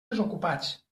desocupats